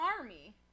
army